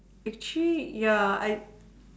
it's cheat ya I